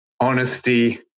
honesty